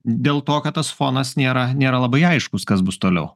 dėl to kad tas fonas nėra nėra labai aiškus kas bus toliau